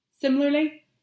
Similarly